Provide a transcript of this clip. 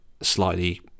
slightly